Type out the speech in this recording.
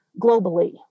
globally